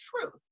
truth